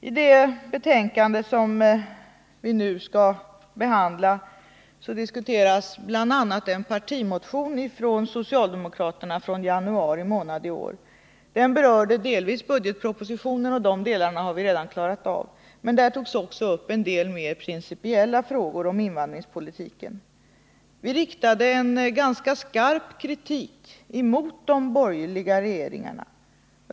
I det betänkande som vi nu skall behandla diskuteras bl.a. en socialdemokratisk partimotion från januari i år. Den berörde delvis budgetpropositionen — de delarna har vi redan klarat av — men den tog också upp mer principiella frågor om invandringspolitiken. Vi riktade en ganska skarp kritik mot de borgerliga regeringarna.